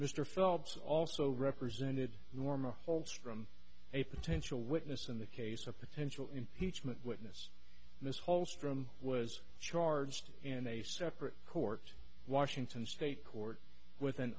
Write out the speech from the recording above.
mr phelps also represented norma holstrom a potential witness in the case of potential impeachment witness ms holstrom was charged in a separate court washington state court with